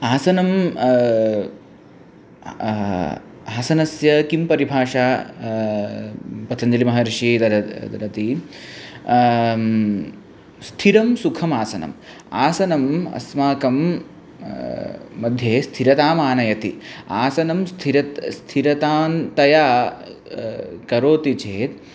आसनं आसनस्य किं परिभाषा पतञ्जलिमहर्षिः ददत् ददाति स्थिरं सुखमासनम् आसनम् अस्माकं मध्ये स्थिरतामानयति आसनं स्थिरतां स्थिरतां करोति चेत्